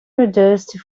produced